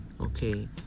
Okay